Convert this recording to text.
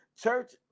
church